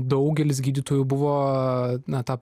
daugelis gydytojų buvo na ta